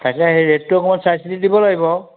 তাকে সেই ৰেটটো অকমান চাই চিটি দিব লাগিব আৰু